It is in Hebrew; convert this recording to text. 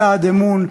צעד אמון,